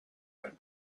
and